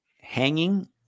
hanging